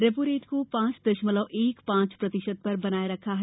repo rate को पांच दशमलव एक पांच प्रतिशत पर बनाए रखा गया है